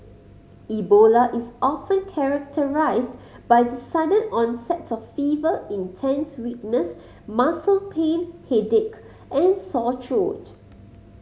Ebola is often characterised by the sudden onset of fever intense weakness muscle pain headache and sore throat